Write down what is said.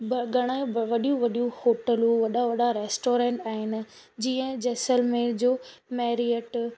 ब घणा ई वॾियूं वॾियूं होटलूं वॾा वॾा रेस्टोरेंट आहिनि जीअं जेसलमेर जो मैरियट